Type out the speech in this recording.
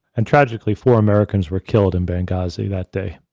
and tragically, four americans were killed in benghazi that day.